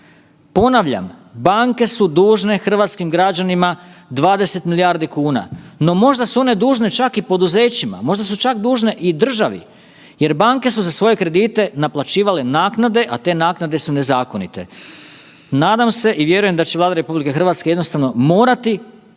Ponavljam, banke su dužne hrvatskim građanima 20 milijardi kuna, no možda su one dužne čak i poduzećima, možda su čak dužne i državi jer banke su za svoje kredite naplaćivale naknade, a te naknade su nezakonite. Nadam se i vjerujem da će Vlada RH jednostavno morati